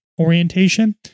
orientation